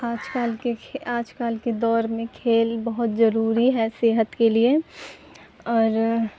آج کل کے آج کل کے دور میں کھیل بہت ضروری ہے صحت کے لیے اور